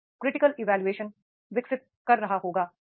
वह critical evaluation विकसित कर रहा होगा